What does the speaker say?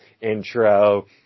intro